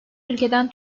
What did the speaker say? ülkeden